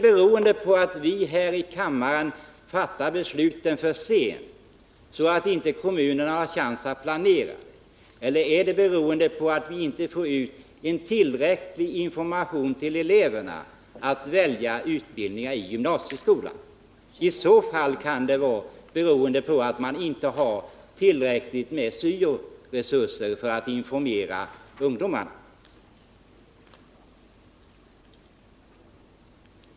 Beror det på att vi här i kammaren fattar besluten för sent, så att kommunerna inte har chansen att planera, eller beror det på att vi inte får ut tillräcklig information till eleverna om vilka utbildningar som kan väljas inom gymnasieskolan? I så fall kan det vara så att det inte finns tillräckligt med syo-resurser för att informera ungdomarna.